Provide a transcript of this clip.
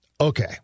Okay